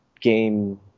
game